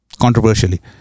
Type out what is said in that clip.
Controversially